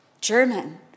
German